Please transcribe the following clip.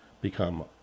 become